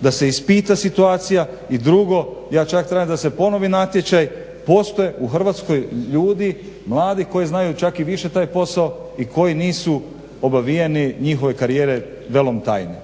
da se ispita situacija. I drugo, ja čak tražim da se ponovi natječaj. Postoje u Hrvatskoj ljudi mladi koji znaju čak i više taj posao i koji nisu obavijeni njihove karijere velom tajne.